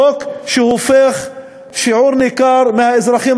חוק שהופך שיעור ניכר מהאזרחים